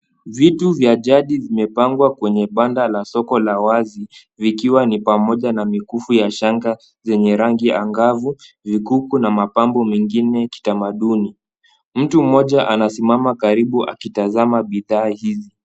Vitu vya jadi zimepangwa kwenye panda la soko la wahasi vikiwa ni pamoja na mikufu ya shanga zenye rangi ya angavu ,vikuku na mapambo mengine kitamaduni mtu moja anasimama karibu akitasama bidhaa hizi